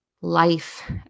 life